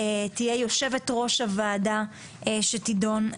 תהיה יושבת-ראש הוועדה שתידון.